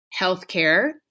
Healthcare